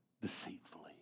deceitfully